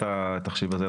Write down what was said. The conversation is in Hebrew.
את התחשיב הזה,